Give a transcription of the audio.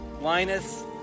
Linus